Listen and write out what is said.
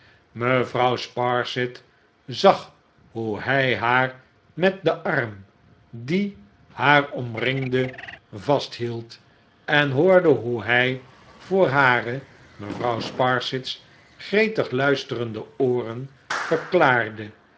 mevrouw sparsit zag hoe hij haar met den arm die haar omringde vasthield en hoorde hoe hij voor hare mevrouw sparsit's gretig luisterende ooren verklaarde